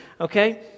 Okay